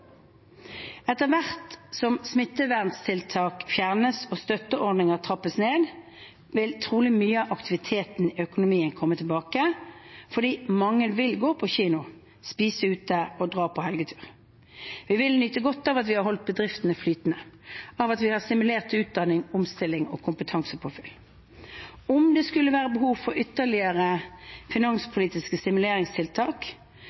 Etter hvert som smitteverntiltak fjernes og støtteordninger trappes ned, vil trolig mye av aktiviteten i økonomien komme tilbake, fordi mange igjen vil gå på kino, spise ute og dra på helgetur. Vi vil nye godt av at vi har holdt bedrifter flytende, og av at vi har stimulert til utdanning, omstilling og kompetansepåfyll. Om det skulle være behov for ytterligere